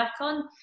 on